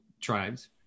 tribes